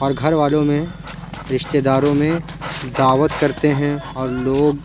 اور گھر والوں میں رشتے داروں میں دعوت کرتے ہیں اور لوگ